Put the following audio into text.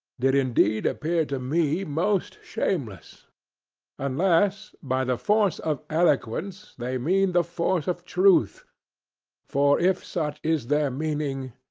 did indeed appear to me most shameless unless by the force of eloquence they mean the force of truth for if such is their meaning,